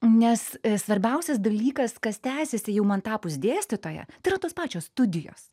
nes svarbiausias dalykas kas tęsėsi jau man tapus dėstytoja yra tos pačios studijos